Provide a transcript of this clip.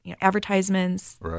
advertisements